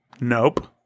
Nope